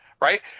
right